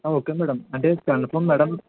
okay madam అంటే confirm madam